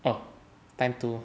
eh time too